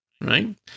Right